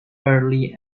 early